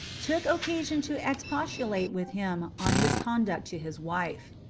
took occasion to expostulate with him on his conduct to his wife.